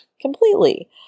completely